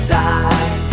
die